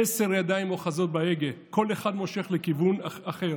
עשר ידיים אוחזות בהגה, כל אחד מושך לכיוון אחר.